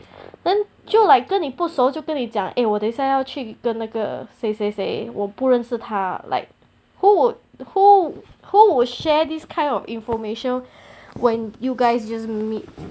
then 就 like 跟你不熟就跟你讲 eh 我等下要去跟那个谁谁谁我不认识他 like who would who will share this kind of information when you guys just meet